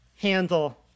handle